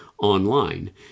online